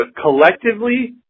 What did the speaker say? collectively